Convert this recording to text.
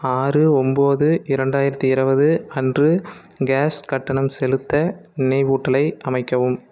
ஆறு ஒம்பது இரண்டாயிரத்து இருவது அன்று கேஸ் கட்டணம் செலுத்த நினைவூட்டலை அமைக்கவும்